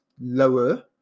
lower